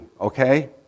okay